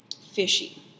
fishy